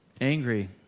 Angry